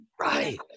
Right